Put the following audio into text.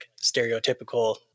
stereotypical